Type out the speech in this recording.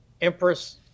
Empress